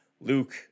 Luke